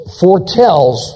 foretells